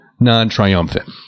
Non-triumphant